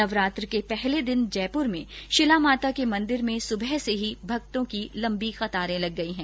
नवरात्र के पहले दिन जयपूर में शिला माता के मंदिर में सुबह से ही भक्तों की लंबी कतारें लग गईं